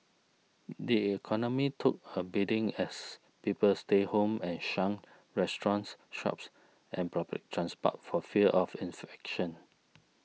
the economy took a beating as people stayed home and shunned restaurants shops and public transport for fear of infection